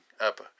up